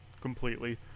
Completely